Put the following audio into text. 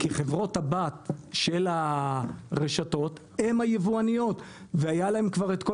כי חברות הבת של הרשתות הן היבואניות והיה להם כבר את כל